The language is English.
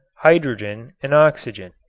hydrogen and oxygen.